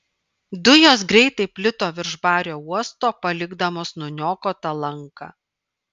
dujos greitai plito virš bario uosto palikdamos nuniokotą lanką